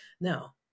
Now